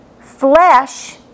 Flesh